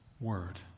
word